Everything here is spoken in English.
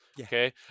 Okay